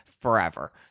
forever